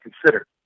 consider